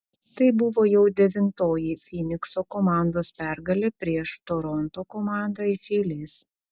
tai buvo jau devintoji fynikso komandos pergalė prieš toronto komandą iš eilės